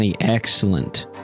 excellent